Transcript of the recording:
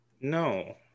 No